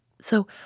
So